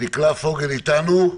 דקלה פוגל איתנו?